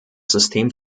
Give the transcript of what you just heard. system